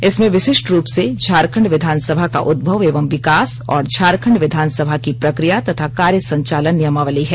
इसमें विशिष्ट रूप से झारखंड विधानसभा का उद्भव एवं विकास और झारखंड विधानसभा की प्रक्रिया तथा कार्य संचालन नियमावली है